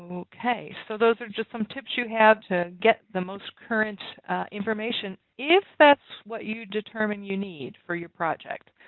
ok so those are just some tips you have to get the most current information if that's what you determine you need for your project.